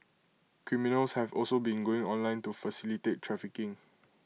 criminals have also been going online to facilitate trafficking